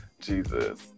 Jesus